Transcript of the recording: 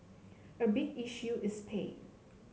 a big issue is pay